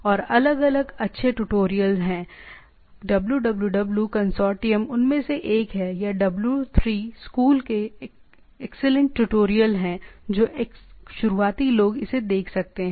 और अलग अलग अच्छे ट्यूटोरियल हैं www कंसोर्टियम उनमें से एक है या डब्ल्यू 3 स्कूल के एक्सीलेंट ट्यूटोरियल हैं जो शुरुआती लोग इसे देख सकते हैं